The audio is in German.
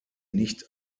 nicht